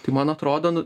tai man atrodo nu